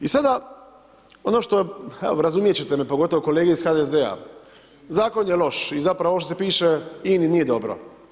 I sada ono što je, razumjet ćete me pogotovo kolege iz HDZ-a, zakon je loš i zapravo ovo što se piše INA-i nije dobro.